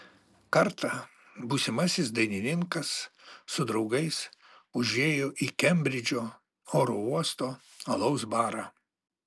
kartą būsimasis dainininkas su draugais užėjo į kembridžo oro uosto alaus barą